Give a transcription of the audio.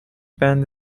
بند